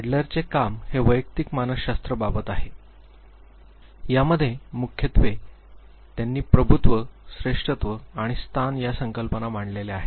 Adler चे काम हे वैयक्तिक मानसशास्त्र बाबत आहे यामध्ये मुख्यत्वे त्यांनी प्रभुत्व श्रेष्ठत्व आणि स्थान या संकल्पना मांडलेल्या आहेत